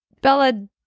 Bella